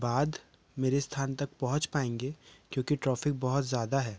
बाद मेरे स्थान तक पहुँच पाएंगे क्योंकि ट्रॉफिक बहुत ज़्यादा है